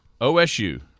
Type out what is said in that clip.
osu